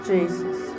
Jesus